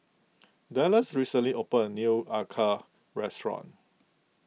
Dallas recently opened a new Acar restaurant